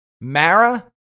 Mara